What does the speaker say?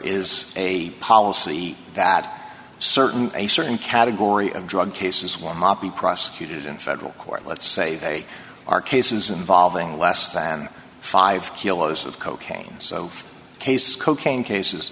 is a policy that certain a certain category of drug cases one might be prosecuted in federal court let's say are cases involving less than five kilos of cocaine so case cocaine cases